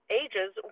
ages